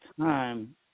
time